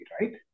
right